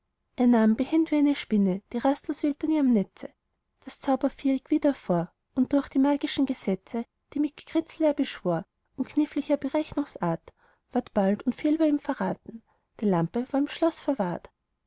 er nahm behend wie eine spinne die rastlos webt an ihrem netze das zauberviereck wieder vor und durch die magischen gesetze die mit gekritzel er beschwor und knifflicher berechnungsart ward bald unfehlbar ihm verraten die lampe war im schloß verwahrt